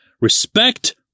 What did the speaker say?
Respect